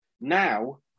Now